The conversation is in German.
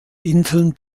inseln